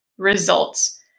results